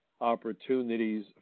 opportunities